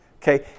Okay